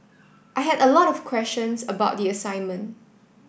I had a lot of questions about the assignment